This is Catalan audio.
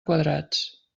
quadrats